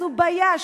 זו בעיה,